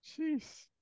jeez